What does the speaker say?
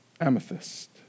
amethyst